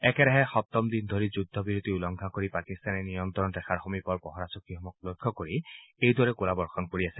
একেৰাহে সপ্তমদিন ধৰি যুদ্ধ বিৰতি উলংঘা কৰি পাকিস্তানে নিয়ন্ত্ৰণ ৰেখাৰ সমীপৰ পহৰা চকীসমূহক লক্ষ্য কৰি এইদৰে গোলাবৰ্ষণ কৰি আছে